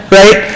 right